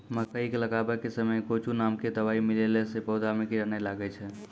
मकई के लगाबै के समय मे गोचु नाम के दवाई मिलैला से पौधा मे कीड़ा नैय लागै छै?